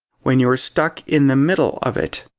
when you're stuck in the middle of it.